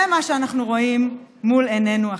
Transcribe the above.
זה מה שאנחנו רואים מול עינינו עכשיו.